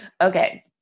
Okay